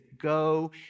go